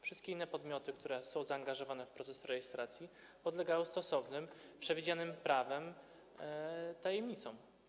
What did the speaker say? Wszystkie inne podmioty, które są zaangażowane w proces rejestracji, podlegają stosownym, przewidzianym prawem przepisom o tajemnicy.